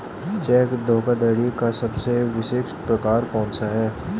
Check धोखाधड़ी का सबसे विशिष्ट प्रकार कौन सा है?